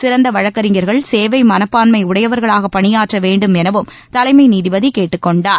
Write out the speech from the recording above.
சிறந்த வழக்கறிஞர்கள் சேவை மனப்பான்மை உடையவர்களாக பணியாற்ற வேண்டும் எனவும் தலைமை நீதிபதி கேட்டுக் கொண்டார்